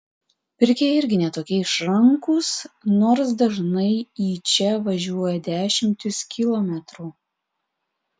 pirkėjai irgi ne tokie išrankūs nors dažnai į čia važiuoja dešimtis kilometrų